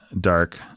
dark